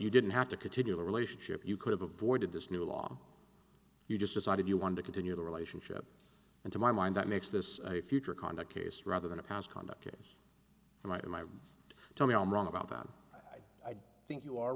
you didn't have to continue the relationship you could have avoided this new law you just decided you wanted to continue the relationship and to my mind that makes this a future conduct case rather than a past conduct is right in my room tell me i'm wrong about that i'd i think you are